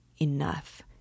Enough